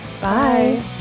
Bye